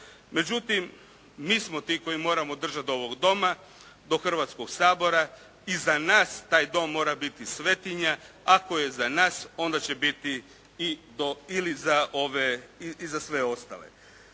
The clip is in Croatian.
Međutim, mi smo ti koji moramo držati do ovog Doma, do Hrvatskog sabora, i za nas taj Dom mora biti svetinja. Ako je za nas, onda će biti i za sve ostale.